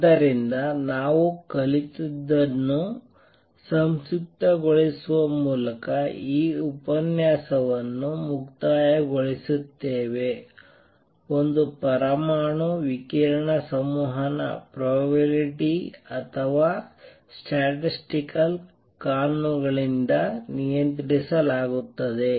ಆದ್ದರಿಂದ ನಾವು ಕಲಿತದ್ದನ್ನು ಸಂಕ್ಷಿಪ್ತಗೊಳಿಸುವ ಮೂಲಕ ಈ ಉಪನ್ಯಾಸವನ್ನು ಮುಕ್ತಾಯಗೊಳಿಸುತ್ತೇವೆ 1 ಪರಮಾಣು ವಿಕಿರಣ ಸಂವಹನವನ್ನು ಪ್ರೊಬಬಿಲಿಟಿ ಅಥವಾ ಸ್ಟ್ಯಾಟಿಸ್ಟಿಕಲ್ ಕಾನೂನುಗಳಿಂದ ನಿಯಂತ್ರಿಸಲಾಗುತ್ತದೆ